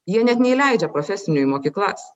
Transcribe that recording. jie net neįleidžia profesinių į mokyklas